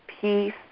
peace